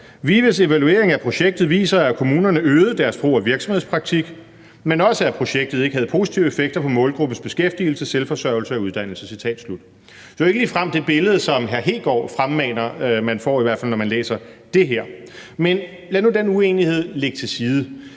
»VIVEs evaluering af projektet viser, at kommunerne øgede deres brug af virksomhedspraktik, men også at projektet ikke havde positive effekter på målgruppens beskæftigelse, selvforsørgelse eller uddannelse.« Det er jo ikke ligefrem det billede, som hr. Kristian Hegaard fremmaner, man får, i hvert fald ikke, når man læser det her, men lad nu den uenighed ligge. Er hr.